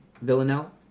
Villanelle